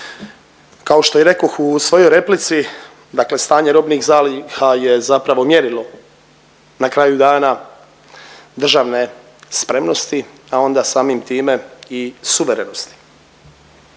Kao što i rekoh u svojoj replici dakle stanje robnih zaliha je zapravo mjerilo na kraju dana državne spremnosti, a onda samim time i suverenosti.